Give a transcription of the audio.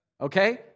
okay